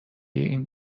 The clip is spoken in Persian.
این